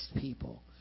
people